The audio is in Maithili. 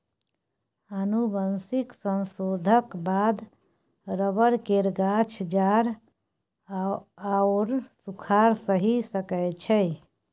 आनुवंशिक संशोधनक बाद रबर केर गाछ जाड़ आओर सूखाड़ सहि सकै छै